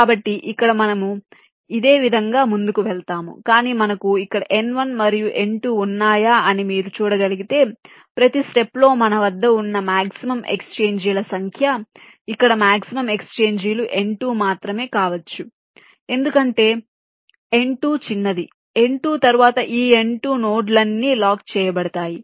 కాబట్టి ఇక్కడ మనము ఇదే విధంగా ముందుకు వెళ్తాము కాని మనకు ఇక్కడ n1 మరియు n2 ఉన్నాయా అని మీరు చూడగలిగితే ప్రతీ స్టెప్ లో మన వద్ద ఉన్న మాక్సిమం ఎక్స్ఛేంజీల సంఖ్య ఇక్కడ మాక్సిమం ఎక్స్ఛేంజీలు n2 మాత్రమే కావచ్చు ఎందుకంటే n2 చిన్నది n2 తరువాత ఈ n2 నోడ్లన్నీ లాక్ చేయబడతాయి